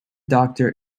doctor